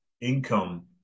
income